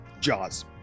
Jaws